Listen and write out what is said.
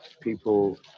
people